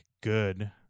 good